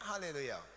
Hallelujah